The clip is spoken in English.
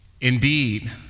Indeed